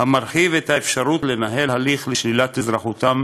המרחיב את האפשרות לנהל הליך לשלילת אזרחותם